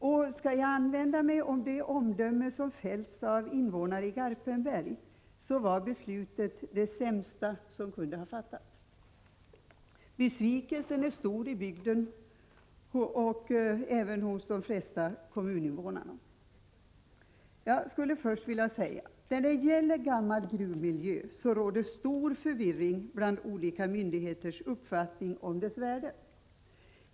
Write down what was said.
Om jag skall använda mig av det omdöme som har fällts av invånare i Garpenberg, kan jag säga att beslutet var ”det sämsta som kunde ha fattats”. Besvikelsen är stor i bygden hos de flesta kommuninvånarna. Jag skulle först vilja säga, att när det gäller gammal gruvmiljö råder det stor förvirring bland olika myndigheter om uppfattningen om dess värde.